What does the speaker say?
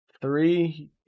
Three